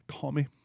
Tommy